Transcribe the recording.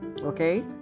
Okay